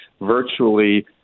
virtually –